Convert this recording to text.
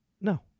No